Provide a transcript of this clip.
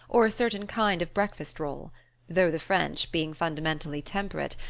or a certain kind of breakfast-roll though the french, being fundamentally temperate,